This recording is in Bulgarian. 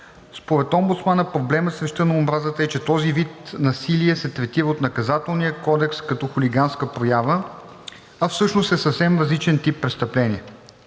Според омбудсмана проблемът с речта на омразата е, че този вид насилие се третира от Наказателния кодекс като хулиганска проява, а всъщност е съвсем различен тип престъпление.